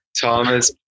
Thomas